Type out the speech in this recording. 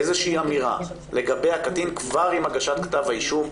איזושהי אמירה לגבי הקטין כבר עם הגשת כתב האישום.